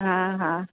હા હા